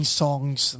songs